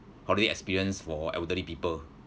holiday experience for elderly people